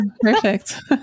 perfect